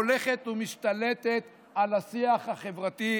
הולכת ומשתלטת על השיח החברתי בתוכנו.